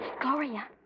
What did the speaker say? Gloria